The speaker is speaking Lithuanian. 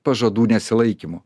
pažadų nesilaikymu